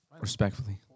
Respectfully